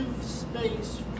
space